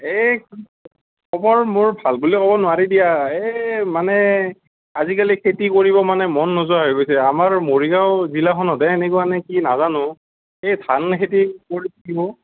এই খবৰ মোৰ ভাল বুলি ক'ব নোৱাৰি দিয়া এই মানে আজিকালি খেতি কৰিব মানে মন নোযোৱা হৈ গৈছে আমাৰ মৰিগাঁও জিলাখনতহে এনেকুৱানে কি নাজানো এই ধান খেতি